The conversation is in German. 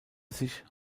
sich